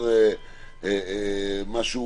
זה משהו